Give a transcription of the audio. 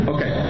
Okay